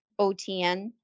OTN